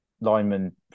lineman